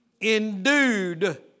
endued